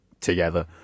together